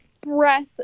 breath